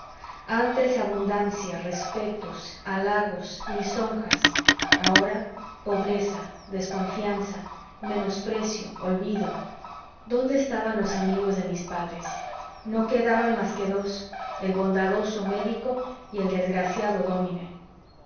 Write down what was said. antes abundancia respetos halagos lisonjas ahora pobreza desconfianza menosprecio olvido dónde estaban los amigos de mis padres no quedaban más que dos el bondadoso médico y el desgraciado dómine